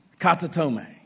katatome